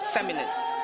Feminist